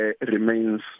remains